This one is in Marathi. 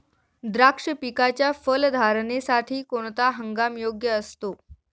द्राक्ष पिकाच्या फलधारणेसाठी कोणता हंगाम योग्य असतो?